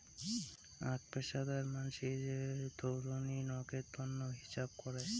আক পেশাদার মানসি যে থোঙনি নকের তন্ন হিছাব করাং